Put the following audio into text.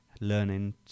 learning